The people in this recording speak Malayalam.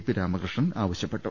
പി രാമ കൃഷ്ണൻ ആവശ്യപ്പെട്ടു